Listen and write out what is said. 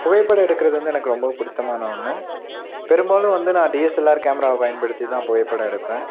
புகைப்படம் எடுக்கிறது வந்து எனக்கு ரொம்ப பிடிச்சமான ஒன்று பெரும்பாலும் வந்து நான் டிஎஸ்எல்ஆர் கேமராவை பயன்படுத்தி தான் புகைப்படம் எடுப்பேன்